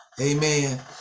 Amen